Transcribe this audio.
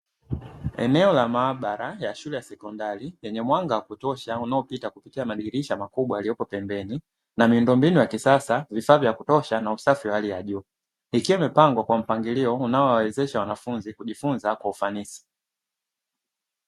Eneo la maabara ya shule ya sekondari yenye mwanga wa kutosha unaoipita kupitia madirisha makubwa yaliyopo pembeni na miundombinu ya kisasa, vifaa vya kutosha na usafi wa hali ya juu. Ikiwa imepangwa kwa mpangilio unaowawezesha wanafunzi kujifunza kwa ufanisi.